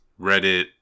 Reddit